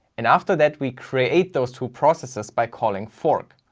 and after that we create those two processes, by callingl fork.